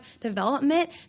development